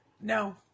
No